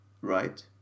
right